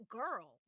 girl